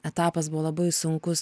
etapas buvo labai sunkus